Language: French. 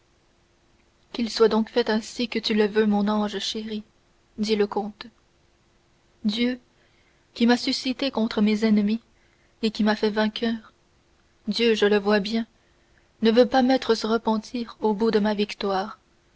qu'il soit donc fait ainsi que tu le veux mon ange chéri dit le comte dieu qui m'a suscité contre mes ennemis et qui m'a fait vainqueur dieu je le vois bien ne veut pas mettre ce repentir au bout de ma victoire